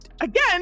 again